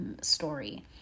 story